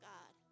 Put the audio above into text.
God